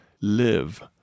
live